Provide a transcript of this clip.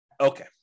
Okay